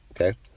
okay